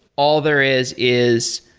all there is is